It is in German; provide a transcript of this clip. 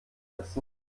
essen